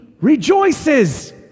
rejoices